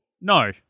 No